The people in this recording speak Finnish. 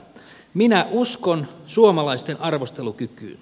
minä uskon suomalaisten arvostelukykyyn